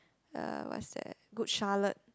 uh what is that Good-Charlotte